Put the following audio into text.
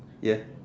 yes